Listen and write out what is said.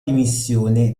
dimissioni